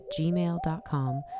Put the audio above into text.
gmail.com